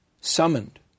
summoned